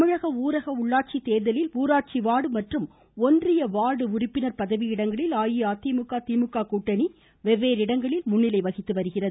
தமிழக ஊரக உள்ளாட்சி தேர்தலில் ஊராட்சி வார்டு மற்றும் ஒன்றிய வார்டு உறுப்பினர் பதவியிடங்களில் அஇஅதிமுக திமுக கூட்டணி வெவ்வேறு இடங்களில் முன்னிலை வகித்து வருகின்றன